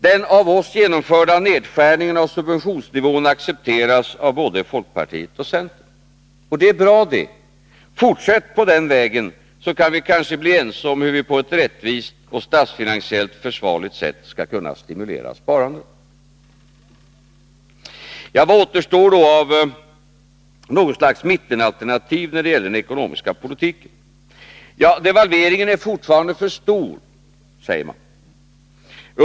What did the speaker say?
Den av oss genomförda nedskärningen av subventionsnivån accepteras av både folkpartiet och centern, och det är bra. Fortsätt på den vägen, så kan vi kanske bli ense om hur vi på ett rättvist och statsfinansiellt försvarligt sätt skall kunna stimulera sparandet! Vad återstår då av något slags mittenalternativ när det gäller den ekonomiska politiken? Devalveringen är fortfarande för stor, säger man.